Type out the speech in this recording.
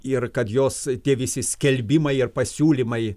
ir kad jos tie visi skelbimai ir pasiūlymai